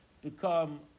become